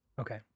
Okay